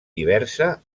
diversa